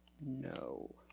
No